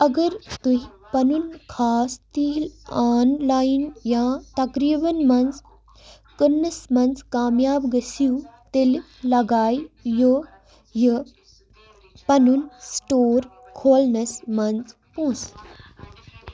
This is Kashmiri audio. اگر تُہۍ پنُن خاص تیٖل آن لاین یا تقریٖبَن منٛز کٕننَس منٛز کامیاب گٔژھِو تیٚلہِ لَگایہِ یہِ یہِ پَنُن سٕٹور کھولنَس منٛز پونٛسہٕ